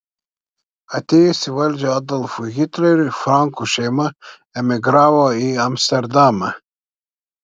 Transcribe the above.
atėjus į valdžią adolfui hitleriui frankų šeima emigravo į amsterdamą